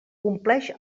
compleix